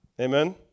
Amen